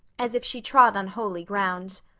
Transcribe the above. as if she trod on holy ground.